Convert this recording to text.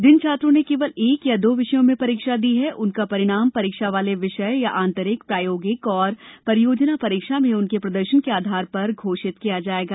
जिन छात्रों ने केवल एक या दो विषयों में परीक्षा दी है उनका परिणाम परीक्षा वाले विषय तथा आतंरिक प्रायोगिक और परियोजना परीक्षा में उनके प्रदर्शन के आधार पर घोषित किया जाएगा